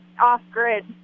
off-grid